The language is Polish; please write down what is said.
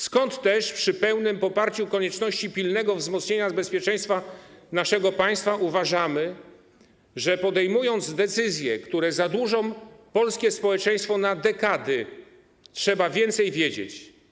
Stąd też przy pełnym poparciu konieczności pilnego wzmocnienia bezpieczeństwa naszego państwa uważamy, że podejmując decyzje, które zadłużą polskie społeczeństwo na dekady, trzeba więcej wiedzieć.